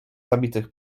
zabitych